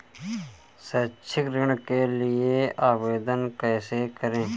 शैक्षिक ऋण के लिए आवेदन कैसे करें?